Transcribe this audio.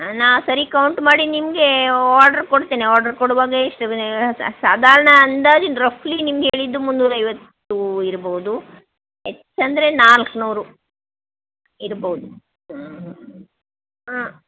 ನಾ ಸರಿ ಕೌಂಟ್ ಮಾಡಿ ನಿಮಗೆ ಆರ್ಡರ್ ಕೊಡ್ತೇನೆ ಆರ್ಡರ್ ಕೊಡುವಾಗ ಎಷ್ಟು ಸಾಧಾರಣ ಅಂದಾಜು ರಫ್ಲಿ ನಿಮ್ಗೆ ಹೇಳಿದ್ದು ಮುನ್ನೂರೈವತ್ತು ಇರ್ಬೋದು ಹೆಚ್ಚೆಂದ್ರೆ ನಾಲ್ಕ್ನೂರು ಇರ್ಬೋದು ಹ್ಞೂ ಹಾಂ